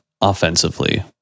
offensively